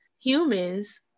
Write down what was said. Humans